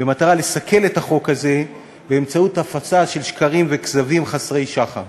במטרה לסכל את החוק הזה באמצעות הפצה של שקרים וכזבים חסרי שחר.